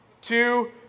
two